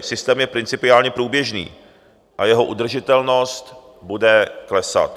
Systém je principiálně průběžný a jeho udržitelnost bude klesat.